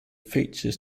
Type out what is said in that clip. features